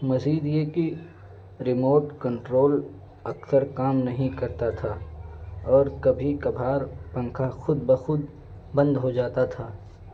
مزید یہ کہ ریموٹ کنٹرول اکثر کام نہیں کرتا تھا اور کبھی کبھار پنکھا خود بخود بند ہو جاتا تھا